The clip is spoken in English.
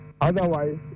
Otherwise